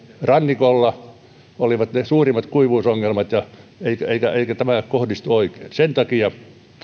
rannikolla olivat ne suurimmat kuivuusongelmat eikä tämä kohdistu oikein sen takia